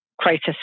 crisis